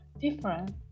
different